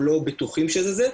או לא בטוחים שזה זה.